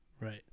Right